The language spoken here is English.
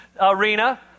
arena